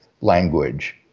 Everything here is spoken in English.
language